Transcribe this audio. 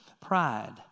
Pride